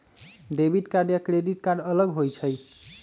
Debit card या credit card अलग होईछ ई?